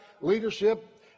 leadership